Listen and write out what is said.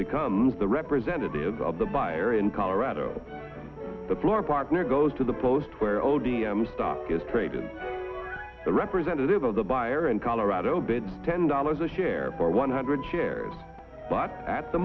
becomes the representative of the buyer in colorado the floor partner goes to the post where o d m stock is traded the representative of the buyer and colorado bids ten dollars a share for one hundred shares bought at the